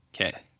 Okay